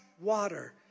water